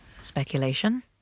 Speculation